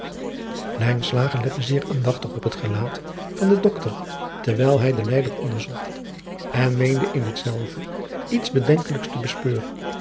lette zeer aandachtig op het gelaat van den doctor terwijl hij den lijder onderzocht en meende in hetzelve iets bedenkelijks te bespeuren